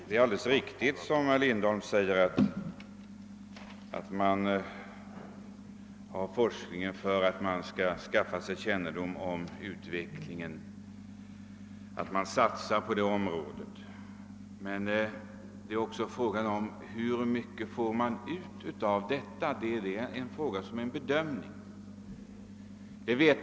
Herr talman! Det är riktigt som herr Lindholm säger: Vi satsar på forskning för att skaffa oss ökade kunskaper. Men frågan är ju också hur mycket man får ut av forskningen.